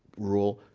rule,